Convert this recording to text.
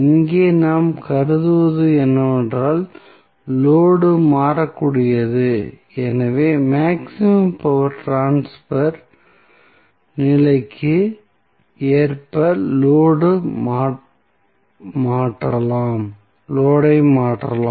இங்கே நாம் கருதுவது என்னவென்றால் லோடு மாறக்கூடியது எனவே மேக்ஸிமம் பவர் ட்ரான்ஸ்பர் நிலைக்கு ஏற்ப லோடு ஐ மாற்றலாம்